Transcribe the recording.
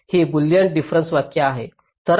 ही Boolean डिफरेन्सची व्याख्या आहे